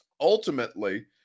ultimately